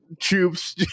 troops